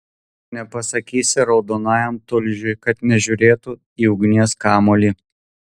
nepasakysi raudonajam tulžiui kad nežiūrėtų į ugnies kamuolį